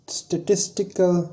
statistical